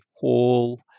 call